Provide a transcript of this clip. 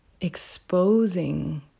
exposing